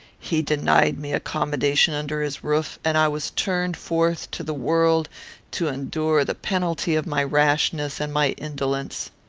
he denied me accommodation under his roof, and i was turned forth to the world to endure the penalty of my rashness and my indolence.